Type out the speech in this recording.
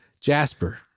Jasper